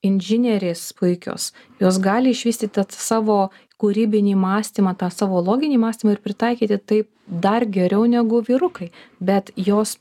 inžinierės puikios jos gali išvystytit savo kūrybinį mąstymą tą savo loginį mąstymą ir pritaikyti tai dar geriau negu vyrukai bet jos